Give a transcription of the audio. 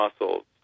muscles